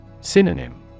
Synonym